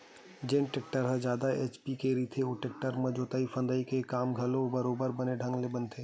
जेन टेक्टर ह जादा एच.पी के रहिथे ओ टेक्टर म जोतई फंदई के काम ह घलोक बरोबर बने ढंग के बनथे